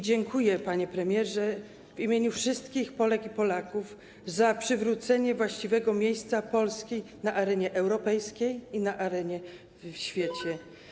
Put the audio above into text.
Dziękuję, panie premierze, w imieniu wszystkich Polek i Polaków za przywrócenie właściwego miejsca Polski na arenie europejskiej i w świecie.